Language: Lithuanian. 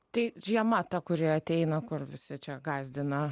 tai žiema ta kuri ateina kur visi čia gąsdina